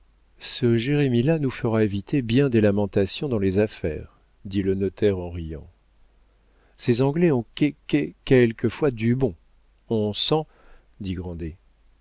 ce jérémie là nous fera éviter bien des lamentations dans les affaires dit le notaire en riant ces anglais ont qué qué quelquefois du bon on sens dit